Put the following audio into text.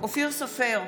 אופיר סופר,